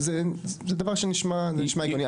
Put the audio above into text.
זה דבר שנשמע הגיוני.